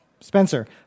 Spencer